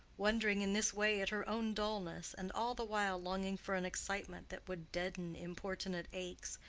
wondering in this way at her own dullness, and all the while longing for an excitement that would deaden importunate aches,